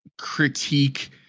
critique